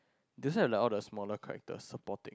they also have all the smaller characters support